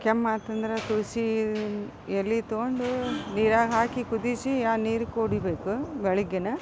ಕೆಮ್ಮಾತಂದ್ರೆ ತುಳಸಿ ಎಲೆ ತೊಗೊಂಡು ನೀರಾಗ ಹಾಕಿ ಕುದಿಸಿ ಆ ನೀರು ಕುಡಿಬೇಕು ಬೆಳಗ್ಗೆ